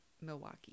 milwaukee